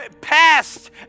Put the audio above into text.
passed